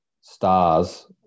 stars